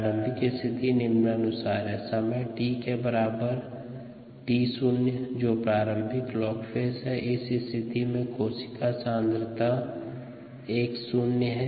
प्रारंभिक स्थिति निम्नानुसार है समय t के बराबर t0 जो प्रारंभिक लॉग फेज है इस स्थिति में कोशिका सांद्रता x0 है